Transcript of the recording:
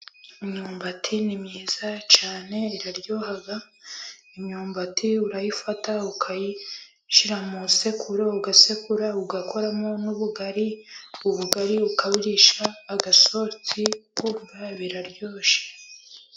Imyumbati ni myiza cyane , iraryoha imyumbati urayifata ukayishira musekuro ugasekura ugakoramo n'ubugari ubugari ukaburisha agasosi ukumva biraryoshye.